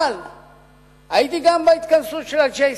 אבל הייתי גם בהתכנסות של ה-J Street.